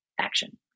action